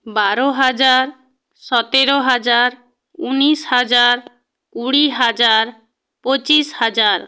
বারো হাজার সতেরো হাজার উনিশ হাজার কুড়ি হাজার পঁচিশ হাজার